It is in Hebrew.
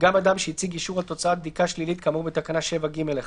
גם אדם שהציג אישור על תוצאת בדיקה שלילית כאמור בתקנה 7(ג1)".